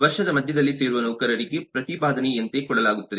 ವರ್ಷದ ಮಧ್ಯದಲ್ಲಿ ಸೇರುವ ನೌಕರರಿಗೆ ಪ್ರತಿಪಾದನೆ ಯಂತೆ ಕೊಡಲಾಗುತ್ತದೆ